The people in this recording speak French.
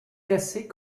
classée